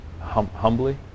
humbly